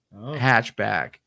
hatchback